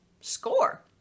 score